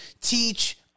teach